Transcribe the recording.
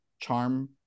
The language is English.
charm